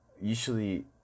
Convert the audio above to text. usually